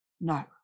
No